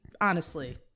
honestly-